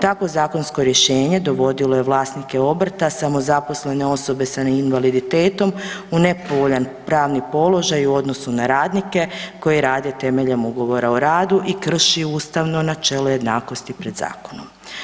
Takvo zakonsko rješenje dovodilo je vlasnike obrta, samozaposlene osobe sa invaliditetom u nepovoljan pravni položaj u odnosu na radnike koji rade temeljem Ugovora o radu i krši ustavno načelo jednakosti pred zakonom.